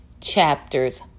chapters